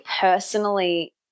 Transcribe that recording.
personally